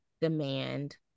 demand